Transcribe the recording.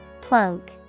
Plunk